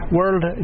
World